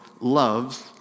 loves